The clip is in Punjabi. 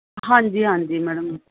ਹਾਂਜੀ ਹਾਂਜੀ ਮੈਡਮ